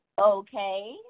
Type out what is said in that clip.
Okay